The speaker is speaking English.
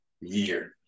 year